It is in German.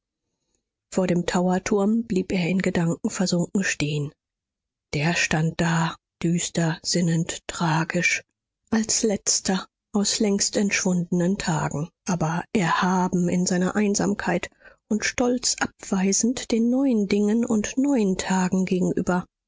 vor dem towerturm blieb er in gedanken versunken stehen der stand da düster sinnend tragisch als letzter aus längst entschwundenen tagen aber erhaben in seiner einsamkeit und stolz abweisend den neuen dingen und neuen tagen gegenüber